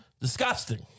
Disgusting